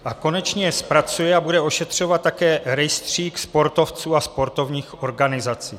A konečně zpracuje a bude ošetřovat také rejstřík sportovců a sportovních organizací.